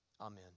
Amen